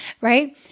Right